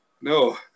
no